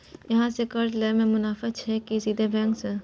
अहाँ से कर्जा लय में मुनाफा छै की सीधे बैंक से?